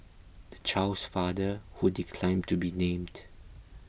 the child's father who declined to be named